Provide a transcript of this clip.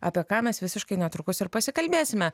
apie ką mes visiškai netrukus ir pasikalbėsime